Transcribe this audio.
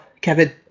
Kevin